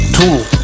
Two